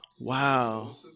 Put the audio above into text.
Wow